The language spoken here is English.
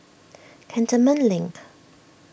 Cantonment Link